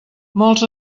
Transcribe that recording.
molts